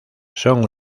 son